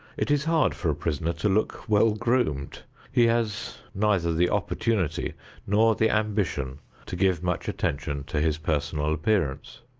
it is hard for a prisoner to look well-groomed he has neither the opportunity nor the ambition to give much attention to his personal appearance.